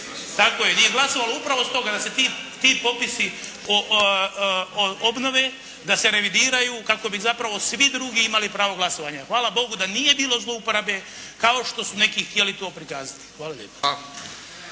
Tako je, nije glasovalo. Upravo stoga da se ti popisi obnove, da se revidiraju kako bi zapravo svi drugi imali pravo glasovanja. Hvala Bogu da nije bilo zlouporabe kao što su neki htjeli to prikazati. Hvala lijepo.